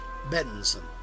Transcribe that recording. Bettinson